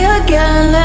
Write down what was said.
again